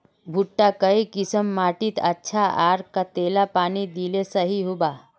भुट्टा काई किसम माटित अच्छा, आर कतेला पानी दिले सही होवा?